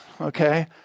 okay